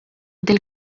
del